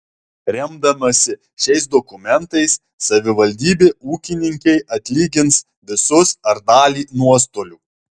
remdamasi šiais dokumentais savivaldybė ūkininkei atlygins visus ar dalį nuostolių